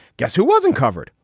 guess who wasn't covered?